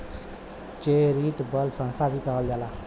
charitable संस्था भी कहल जाला